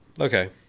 Okay